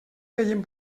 feien